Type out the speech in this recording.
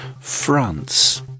France